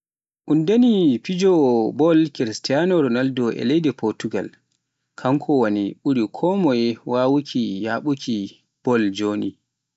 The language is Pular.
Un danyi fijowoo bol Cristiano Ronaldo e leydi Potugal, kanko woni ɓuri konmoye wawuuki yaɓuki bol joni.